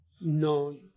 No